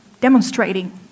demonstrating